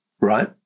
Right